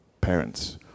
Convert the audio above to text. parents